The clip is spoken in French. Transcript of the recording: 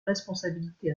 responsabilité